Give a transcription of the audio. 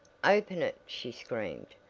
open it! she screamed,